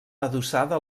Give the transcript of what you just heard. adossada